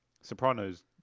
Sopranos